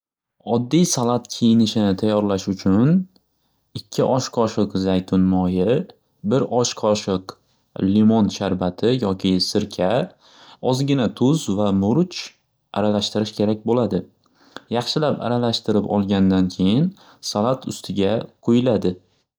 Oddiy salat kiyinishini tayorlash uchun ikki osh qoshiq zaytun moyi bir osh qoshiq limon sharbati yoki sirka ozgina tuz va murch aralashtirish kerak bo'ladi. Yaxshilab aralashtirib olgandan keyin salat ustiga quyiladi.